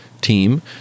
team